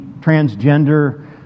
transgender